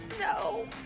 No